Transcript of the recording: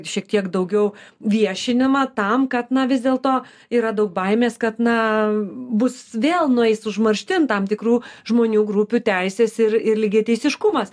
šiek tiek daugiau viešinima tam kad na vis dėlto yra daug baimės kad na bus vėl nueis užmarštin tam tikrų žmonių grupių teisės ir ir lygiateisiškumas